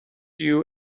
you